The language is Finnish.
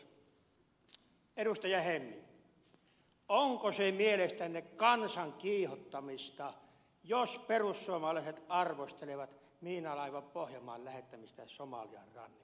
hemming onko se mielestänne kansan kiihottamista jos perussuomalaiset arvostelevat miinalaiva pohjanmaan lähettämistä somalian rannikolle